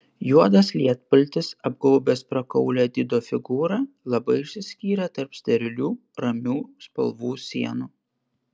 juodas lietpaltis apgaubęs prakaulią dido figūrą labai išsiskyrė tarp sterilių ramių spalvų sienų